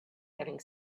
having